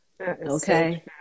Okay